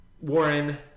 Warren